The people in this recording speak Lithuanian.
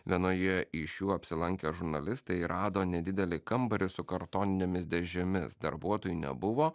vienoje iš jų apsilankę žurnalistai rado nedidelį kambarį su kartoninėmis dėžėmis darbuotojų nebuvo